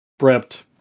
prepped